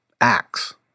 acts